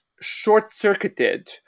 short-circuited